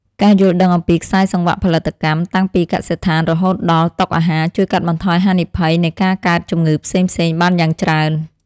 ការយល់ដឹងអំពីខ្សែសង្វាក់ផលិតកម្មតាំងពីកសិដ្ឋានរហូតដល់តុអាហារជួយកាត់បន្ថយហានិភ័យនៃការកើតជំងឺផ្សេងៗបានយ៉ាងច្រើន។